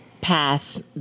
path